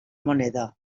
moneda